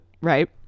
right